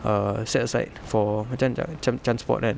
err set aside for macam ma~ macam transport kan